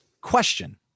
Question